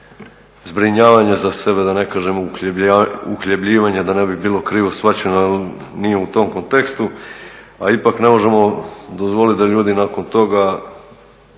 zbrinjavanje za sebe da ne kažemo uhljebljivanje da ne bi bilo krivo shvaćeno jer nije u tom kontekstu. A ipak ne možemo dozvoliti da ljudi nakon toga